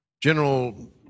General